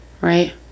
Right